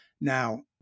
Now